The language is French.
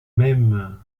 même